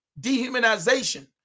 dehumanization